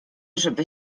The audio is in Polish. żeby